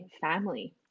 family